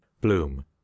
bloom